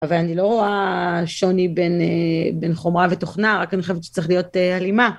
אבל אני לא רואה שוני בין חומרה ותוכנה, רק אני חושבת שצריך להיות הלימה.